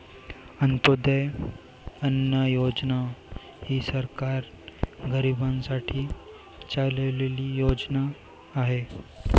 अंत्योदय अन्न योजना ही सरकार गरीबांसाठी चालवलेली योजना आहे